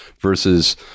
Versus